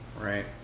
right